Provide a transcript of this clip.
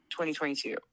2022